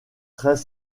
très